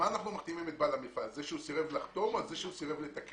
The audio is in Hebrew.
על מה אנחנו מחתימים את בעל המפעל על זה שסירב לחתום או סירב לתקן?